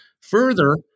Further